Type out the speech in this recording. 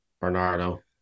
Bernardo